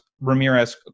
Ramirez